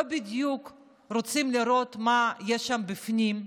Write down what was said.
לא בדיוק רוצים לראות מה יש שם בפנים.